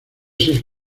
seis